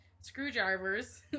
screwdrivers